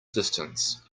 distance